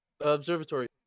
Observatory